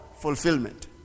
fulfillment